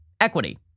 equity